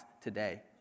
today